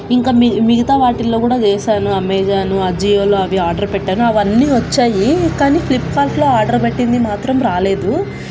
ఇంకా మి మిగతా వాటిల్లో కూడా చేసాను అమెజాను ఆజియోలో అవి ఆర్డర్ పెట్టాను అవన్నీ వచ్చాయి కానీ ఫ్లిప్కార్ట్లో ఆర్డర్ పెట్టింది మాత్రం రాలేదు